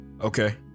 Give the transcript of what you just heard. Okay